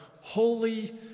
Holy